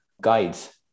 guides